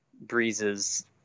Breeze's